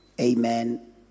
amen